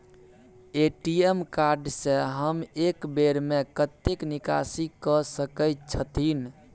ATM card से हम एक बेर में कतेक निकासी कय सके छथिन?